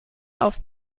auf